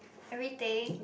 everything